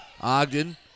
Ogden